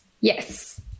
Yes